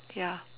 ya